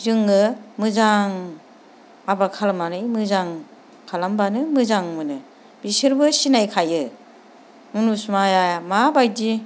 जोङो मोजां आबोर खालामनानै मोजां खालामब्लानो मोजां मोनो बिसोरबो सिनायखायो मुनुस मायाया माबायदि